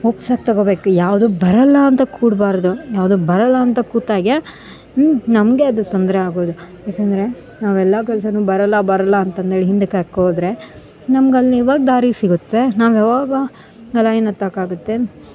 ಒಪ್ಸಕ್ಕೆ ತಗೊಬೇಕು ಯಾವುದು ಬರಲ್ಲ ಅಂತ ಕೂಡ್ಬಾರದು ಯಾವುದು ಬರಲ್ಲ ಅಂತ ಕೂತಾಗೆ ನಮ್ಮದೇ ಅದು ತೊಂದರೆ ಆಗೋದು ಯಾಕಂದರೆ ನಾವು ಎಲ್ಲ ಕೆಲಸಾನು ಬರಲ್ಲ ಬರಲ್ಲ ಅಂತಂದೇಳಿ ಹಿಂದಕ್ಕಾಕೋದರೆ ನಮ್ಗ ಅಲ್ಲಿ ಯಾವಾಗ ದಾರಿ ಸಿಗುತ್ತೆ ನಾವು ಯಾವಾಗ ಲೈನ್ ಹತ್ತಕ್ಕಾಗುತ್ತೆ ಹಾಗೆ